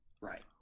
Right